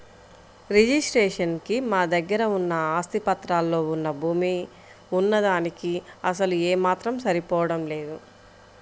registration కి మా దగ్గర ఉన్న ఆస్తి పత్రాల్లో వున్న భూమి వున్న దానికీ అసలు ఏమాత్రం సరిపోడం లేదు